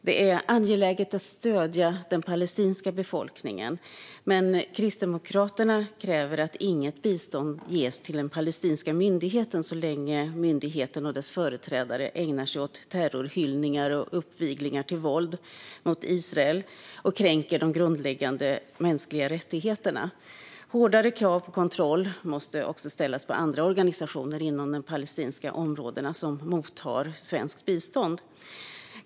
Det är angeläget att stödja den palestinska befolkningen, men Kristdemokraterna kräver att inget bistånd ges till den palestinska myndigheten så länge myndigheten och dess företrädare ägnar sig åt terrorhyllningar och uppviglingar till våld mot Israel och kränker de grundläggande mänskliga rättigheterna. Hårdare krav på kontroll måste också ställas på andra organisationer inom de palestinska områdena som mottar svenskt bistånd.